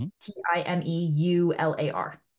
T-I-M-E-U-L-A-R